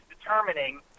determining